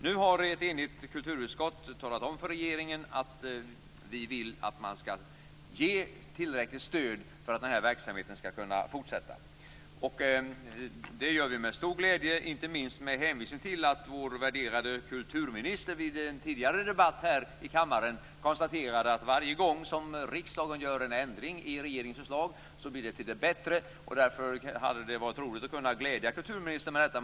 Nu har ett enigt kulturutskott talat om för regeringen att vi vill att man skall ge tillräckligt stöd för att denna verksamhet skall kunna fortsätta. Det gör vi med stor glädje, inte minst med hänvisning till att vår värderade kulturminister vid en tidigare debatt här i kammaren konstaterade att varje gång som riskdagen gör en ändring i regeringens förslag blir det till det bättre. Därför hade det varit roligt att kunna glädja kulturministern med detta.